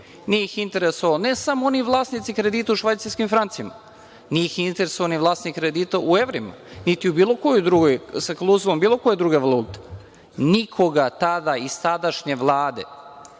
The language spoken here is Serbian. Nije ih interesovao ne samo onaj vlasnik kredita u švajcarskim francima, nije ih interesovao ni vlasnik kredita u evrima, niti sa klauzulom bilo koje druge valute. Nikoga tada iz tadašnje Vlade,